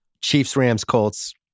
Chiefs-Rams-Colts